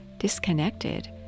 disconnected